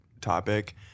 topic